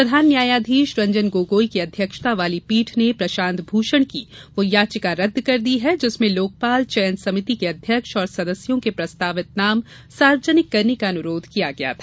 प्रधान न्यायाधीश रंजन गोगोई की अध्यक्षता वाली पीठ ने प्रशांत भूषण की वह याचिका रद्द कर दी जिसमें लोकपाल चयन समिति के अध्यक्ष और सदस्यों के प्रस्तावित नाम सार्वजनिक करने का अनुरोध किया गया था